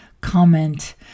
comment